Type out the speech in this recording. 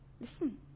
listen